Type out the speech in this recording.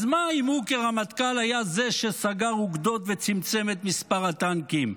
אז מה אם הוא כרמטכ"ל היה זה שסגר אוגדות וצמצם את מספר הטנקים.